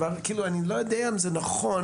ואני לא יודע אם זה נכון.